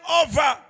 over